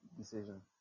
decision